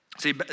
See